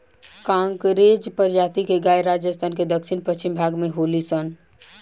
कांकरेज प्रजाति के गाय राजस्थान के दक्षिण पश्चिम भाग में होली सन